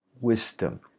wisdom